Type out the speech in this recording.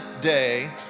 day